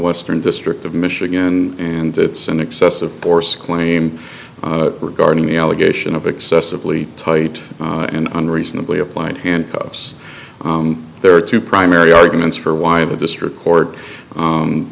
western district of michigan and it's an excessive force claim regarding the allegation of excessively tight and unreasonably applied handcuffs there are two primary arguments for why the district court